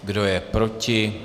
Kdo je proti?